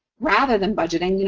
rather than budgeting, you know,